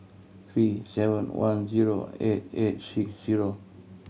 three seven one zero eight eight six zero